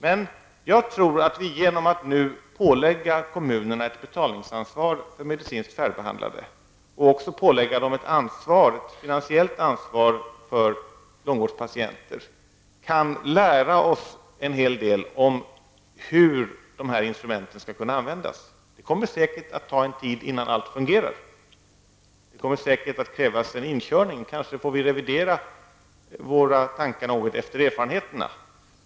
Men jag tror att vi nu genom att ålägga kommunerna ett betalningsansvar för medicinskt färdigbehandlade och också ålägga dem ett finasiellt ansvar för långvårdspatienter, kan lära oss en hel del om hur dessa instrument skall kunna användas. Det kommer säkert att ta sin tid innan allt fungerar, och det kommer att krävas en inkörning. Vi kanske får revidera våra tankar något efter erfarenheterna.